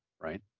right